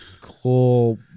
cool